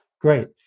great